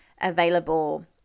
available